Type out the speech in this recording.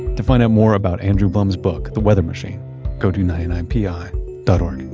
to find out more about andrew blum's book, the weather machine go to ninety nine pi dot org. we're